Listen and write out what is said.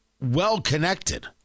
well-connected